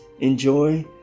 enjoy